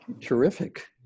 Terrific